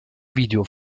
video